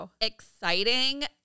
exciting